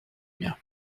mien